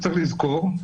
צריך לזכור,